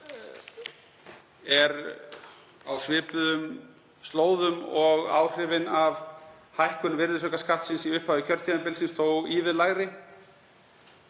er á svipuðum slóðum og áhrifin af hækkun virðisaukaskattsins í upphafi kjörtímabilsins, þó ívið lægri,